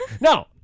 No